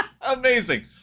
Amazing